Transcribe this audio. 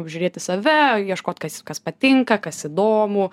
apžiūrėti save ieškot kas kas patinka kas įdomu